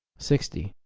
sixty.